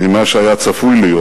ממה שהיה צפוי להיות.